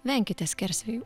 venkite skersvėjų